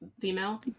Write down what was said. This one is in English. female